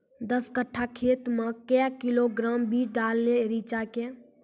दस कट्ठा खेत मे क्या किलोग्राम बीज डालने रिचा के?